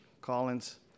Collins